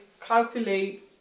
calculate